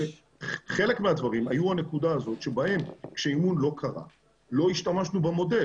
חלק מהדברים היו הנקודה הזאת שבהם כשאימון לא קרה לא השתמשנו במודל.